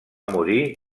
morir